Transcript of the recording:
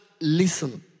listen